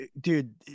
Dude